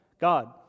God